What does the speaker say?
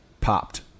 popped